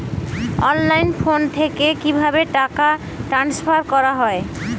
অনলাইনে ফোন থেকে কিভাবে টাকা ট্রান্সফার করা হয়?